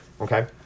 Okay